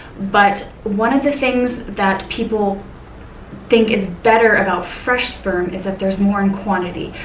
but one of the things that people think is better about fresh sperm is that there's more in quantity.